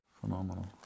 Phenomenal